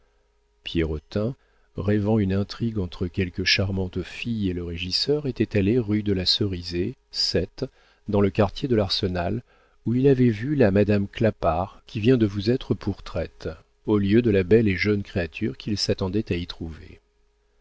pierrotin rêvant une intrigue entre quelque charmante fille et le régisseur était allé rue de la cerise vi dans le quartier de l'arsenal où il avait vu la madame clapart qui vient de vous être pourtraite au lieu de la belle et jeune créature qu'il s'attendait à y trouver